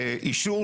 אישור